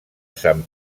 sant